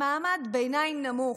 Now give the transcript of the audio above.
הם מעמד ביניים נמוך,